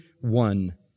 one